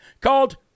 called